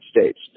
States